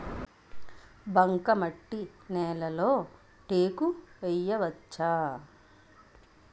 బంకమట్టి నేలలో టేకు వేయవచ్చా?